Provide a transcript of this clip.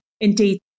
indeed